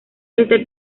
este